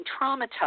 traumatized